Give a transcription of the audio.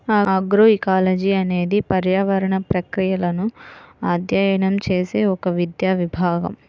agroecology అనేది పర్యావరణ ప్రక్రియలను అధ్యయనం చేసే ఒక విద్యా విభాగం